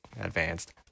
advanced